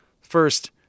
First